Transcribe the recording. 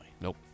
Nope